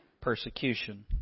persecution